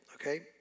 okay